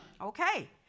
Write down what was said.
Okay